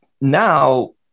Now